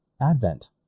Advent